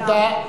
תודה.